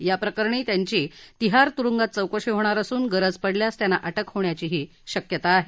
या प्रकरणी त्यांची तिहार तुरुंगात चौकशी होणार असून गरज पडल्यास त्यांना अटक होण्याचीही शक्यता आहे